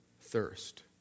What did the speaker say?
thirst